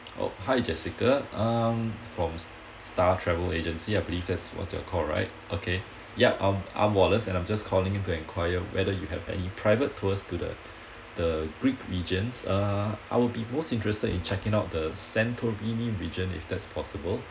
oh hi jessica um from star travel agency I believe that's what's you're call right okay yup um I'm wallace and I'm just calling to enquire whether you have any private tours to the the greek regions uh I will be most interested in checking out the santorini region if that's possible